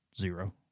zero